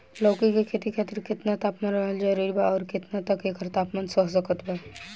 लौकी के खेती खातिर केतना तापमान रहल जरूरी बा आउर केतना तक एकर तापमान सह सकत बा?